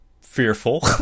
fearful